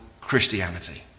Christianity